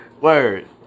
Word